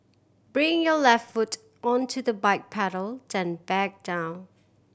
bring your left foot onto the bike pedal then back down